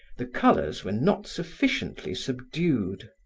the colors were not sufficiently subdued.